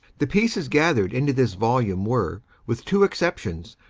the pieces gathered into this volume were, with two exceptions,